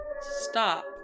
stop